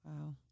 Wow